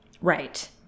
right